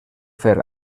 fer